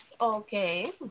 Okay